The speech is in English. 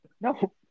No